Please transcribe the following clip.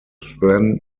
then